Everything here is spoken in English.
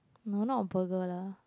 no not a burger lah